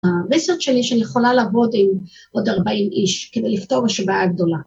המסר שלי שאני יכולה לעבוד עם עוד ארבעים איש כדי לפתור משוואה גדולה.